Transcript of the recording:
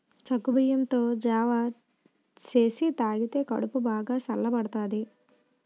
సగ్గుబియ్యంతో జావ సేసి తాగితే కడుపు బాగా సల్లబడతాది